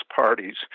parties